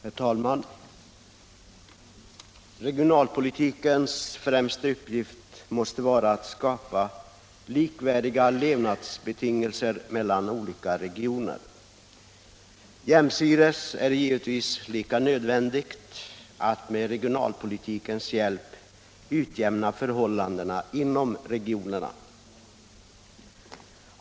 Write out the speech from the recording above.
Herr talman! Regionalpolitikens främsta uppgift måste vara att skapa likvärdiga levnadsbetingelser för olika regioner. Jämsides härmed är det givetvis nödvändigt att med regionalpolitikens hjälp utjämna förhållandena inom regionerna.